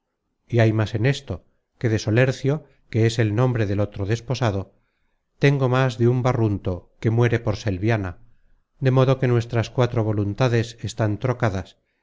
y hay más en esto que de solercio que es el nombre del otro desposado tengo más de un barrunto que muere por selviana de modo que nuestras cuatro voluntades están trocadas